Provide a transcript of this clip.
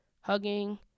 hugging